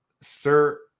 sir